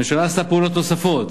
הממשלה עשתה פעולות נוספות: